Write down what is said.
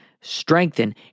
strengthen